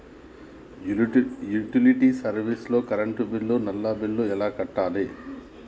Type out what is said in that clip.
Utility service లో current bill, నల్లా bill ఎలా కట్టాలి?